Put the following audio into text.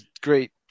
great